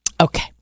okay